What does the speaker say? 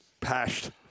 Pashed